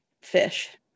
fish